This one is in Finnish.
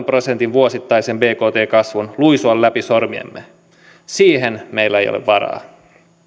prosentin vuosittaisen bkt kasvun luisua läpi sormiemme siihen meillä ei ole varaa